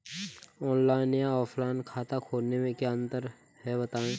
Online या offline खाता खोलने में क्या अंतर है बताएँ?